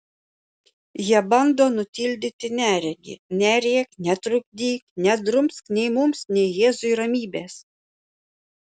jie bando nutildyti neregį nerėk netrukdyk nedrumsk nei mums nei jėzui ramybės